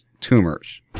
tumors